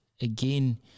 again